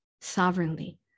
sovereignly